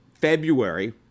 February